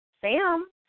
Sam